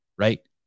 Right